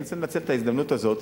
אני רוצה לנצל את ההזדמנות הזאת